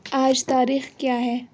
آج تاریخ کیا ہے